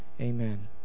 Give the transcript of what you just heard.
Amen